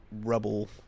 Rubble